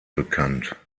bekannt